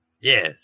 Yes